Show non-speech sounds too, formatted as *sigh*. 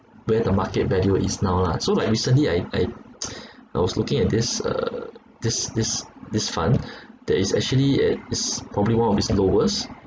where the market value is now lah so like recently I I *noise* I was looking at this uh this this this fund that is actually at is probably one of it's lowest